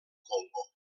congo